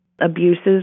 abuses